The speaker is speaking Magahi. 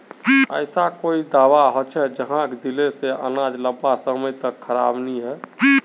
ऐसा कोई दाबा होचे जहाक दिले से अनाज लंबा समय तक खराब नी है?